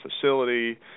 facility